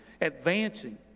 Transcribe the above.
advancing